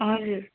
हजुर